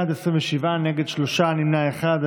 27, נגד, שלושה, נמנע אחד.